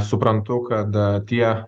suprantu kad tie